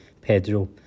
Pedro